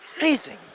Amazing